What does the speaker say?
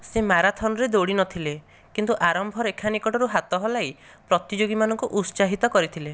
ସେ ମାରାଥନ୍ରେ ଦୌଡ଼ିନଥିଲେ କିନ୍ତୁ ଆରମ୍ଭ ରେଖା ନିକଟରୁ ହାତ ହଲାଇ ପ୍ରତିଯୋଗୀମାନଙ୍କୁ ଉତ୍ସାହିତ କରିଥିଲେ